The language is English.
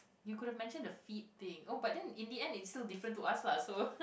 you could have mentioned the feet thing oh but then in the end it's still different to us lah so